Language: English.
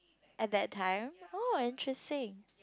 at that time oh interesting